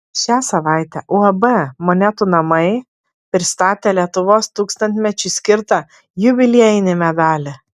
šią savaitę uab monetų namai pristatė lietuvos tūkstantmečiui skirtą jubiliejinį medalį